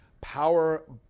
power